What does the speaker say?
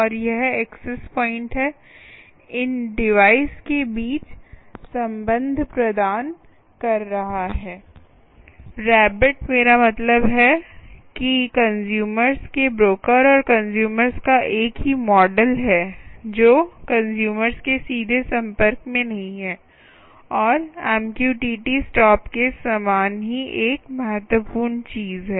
और यह access point इन डिवाइस के बीच संबंध प्रदान कर रहा है रैबिट मेरा मतलब है कि कंस्यूमर्स के ब्रोकर और कंस्यूमर्स का एक ही मॉडल है जो कंस्यूमर्स के सीधे संपर्क में नहीं है और एमक्यूटीटी स्टॉप के समान ही एक महत्वपूर्ण चीज है